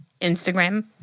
Instagram